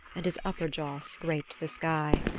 and his upper jaw scraped the sky.